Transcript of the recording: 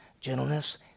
gentleness